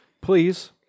please